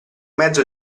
mezzo